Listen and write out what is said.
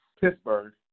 Pittsburgh